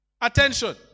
attention